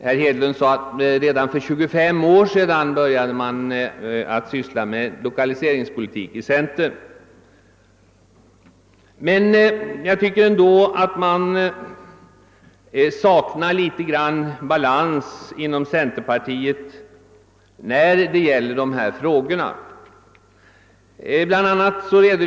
Herr Hedlund sade att hans parti började driva lokaliseringspolitik för 25 år sedan, men jag saknar nog litet balans hos centerpartiet i de här frågorna.